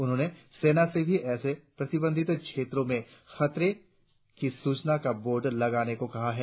उन्होंने सेना से भी ऐसे प्रतिबंधित क्षेत्रों में खतरे की सूचना का बोर्ड लगाने को कहा है